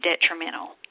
detrimental